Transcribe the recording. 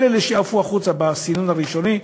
כל אלה שעפו החוצה בסינון הראשוני,